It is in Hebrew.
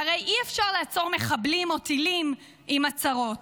והרי אי-אפשר לעצור מחבלים או טילים עם הצהרות.